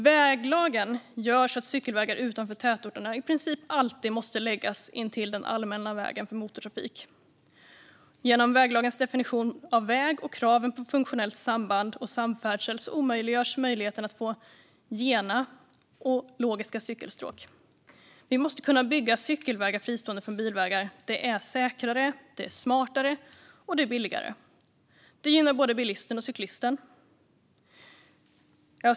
Väglagen gör så att cykelvägar utanför tätorterna i princip alltid måste läggas intill den allmänna vägen för motortrafik. Genom väglagens definition av väg och kraven på funktionellt samband och samfärdsel omintetgörs möjligheten att få gena och logiska cykelstråk. Vi måste kunna bygga cykelvägar fristående från bilvägar - det är säkrare, smartare och billigare. Det gynnar både bilisten och cyklisten.